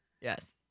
Yes